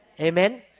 Amen